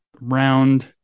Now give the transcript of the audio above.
round